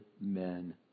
men